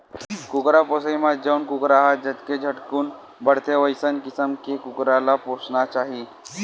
कुकरा पोसइ म जउन कुकरा ह जतके झटकुन बाड़थे वइसन किसम के कुकरा ल पोसना चाही